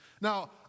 Now